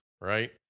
right